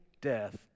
death